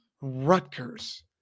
Rutgers